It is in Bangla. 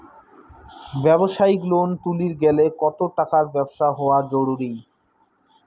ব্যবসায়িক লোন তুলির গেলে কতো টাকার ব্যবসা হওয়া জরুরি?